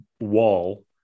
wall